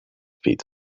fit